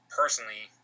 personally